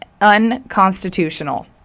unconstitutional